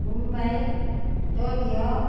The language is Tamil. மும்பை டோக்கியோ